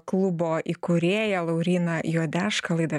klubo įkūrėją lauryną juodešką laidą